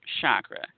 chakra